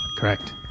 Correct